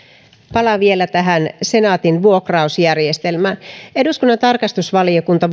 palaan vielä senaatin vuokrausjärjestelmään eduskunnan tarkastusvaliokunta